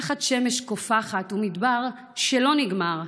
תחת שמש קופחת ומדבר שלא נגמר,